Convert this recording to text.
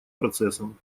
процессом